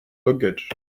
luggage